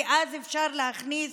כי אז אפשר להכניס